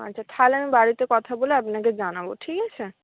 আচ্ছা তাহলে আমি বাড়িতে কথা বলে আপনাকে জানাবো ঠিক আছে